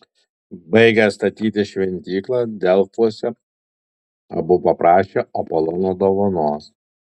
baigę statyti šventyklą delfuose abu paprašė apolono dovanos